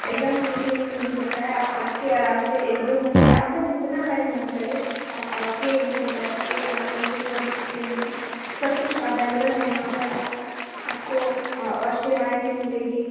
एकदम फ्री में ही मिल जाता है आप आ कर आराम से एक दो घंटे आपका जितना टाइम मन करे आप आ कर यहाँ बैठ कर आराम से पढ़ सकते हैं सब कुछ अवैलेबल है यहाँ पर आप आपको और सेवाएँ भी मिलेंगी